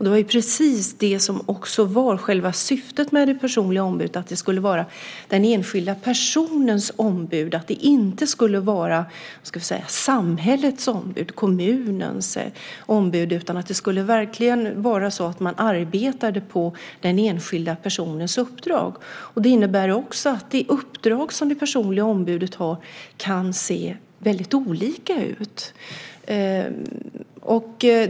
Det var också precis det som var själva syftet med det personliga ombudet - att det skulle vara den enskilda personens ombud. Det skulle inte vara samhällets eller kommunens ombud, utan det skulle verkligen vara så att man arbetade på den enskilda personens uppdrag. Det innebär att det uppdrag som det personliga ombudet har kan se väldigt olika ut.